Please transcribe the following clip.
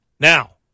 Now